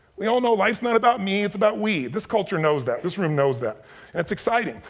we all know life's not about me, it's about we. this culture knows that, this room knows that, and it's exciting.